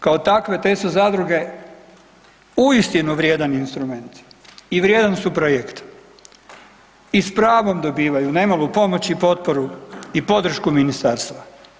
Kao takve te su zadruge uistinu vrijedan instrument i vrijedan su projekt i s pravom dobivaju ne malu pomoć i potporu i podršku ministarstva.